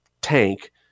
tank